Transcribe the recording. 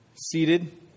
seated